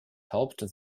helped